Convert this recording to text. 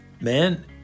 man